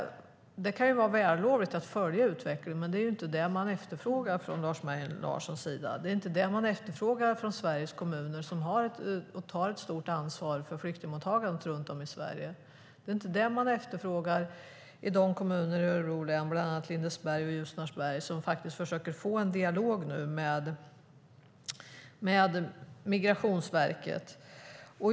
Det kan vara vällovligt att följa utvecklingen, men det är inte det Lars Mejern Larsson efterfrågar. Det är inte det man efterfrågar från Sveriges kommuner, som har att ta ett stort ansvar för flyktingmottagandet runt om i Sverige. Det är inte det man efterfrågar i de kommuner i Örebro län, bland annat Lindesberg och Ljusnarsberg, som nu försöker få en dialog med Migrationsverket.